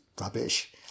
rubbish